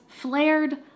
flared